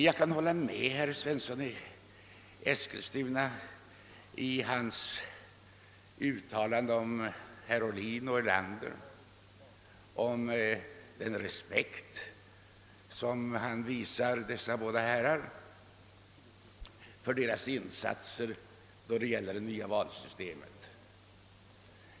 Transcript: Jag kan hålla med herr Svensson i Eskilstuna i hans uttalande om herrar Ohlin och Erlander och om den respekt som han visar dessa båda herrar för deras insatser för det nya valsystemet.